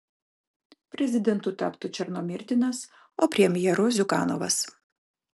prezidentu taptų černomyrdinas o premjeru ziuganovas